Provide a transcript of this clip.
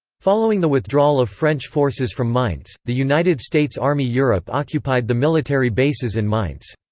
following the withdrawal of french forces from mainz, the united states army europe occupied the military bases in mainz.